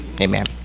Amen